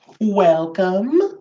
welcome